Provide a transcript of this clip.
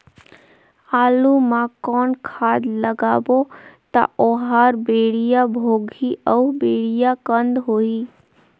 आलू मा कौन खाद लगाबो ता ओहार बेडिया भोगही अउ बेडिया कन्द होही?